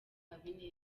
habineza